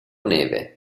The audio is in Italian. neve